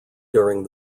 during